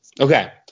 Okay